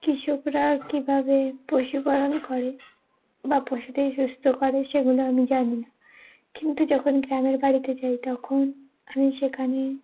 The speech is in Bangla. কৃষকরা কীভাবে পশুপালন করে বা পশুতেই সুস্থ করে সেগুলো আমি জানি না কিন্তু যখন গ্রামের বাড়িতে যাই তখন আমি সেখানে